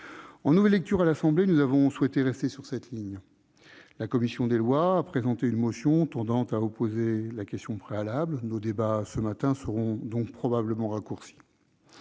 En nouvelle lecture à l'Assemblée nationale, nous avons souhaité rester sur cette ligne. Votre commission des lois a déposé une motion tendant à opposer la question préalable. Nos débats de ce matin seront donc probablement abrégés.